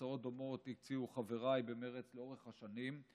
הצעות דומות הציעו חבריי במרצ לאורך השנים.